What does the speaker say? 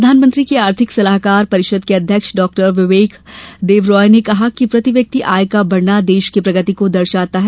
प्रधानमंत्री की आर्थिक सलाहकार परिषद की अध्यक्ष डॉक्टर बिबेक देबरॉय ने कहा कि प्रति व्यक्ति आय का बढ़ना देश की प्रगति को दर्शता है